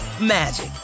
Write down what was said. magic